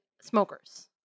smokers